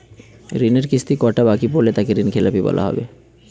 ঋণের কিস্তি কটা বাকি পড়লে তাকে ঋণখেলাপি বলা হবে?